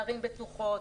לערים בטוחות,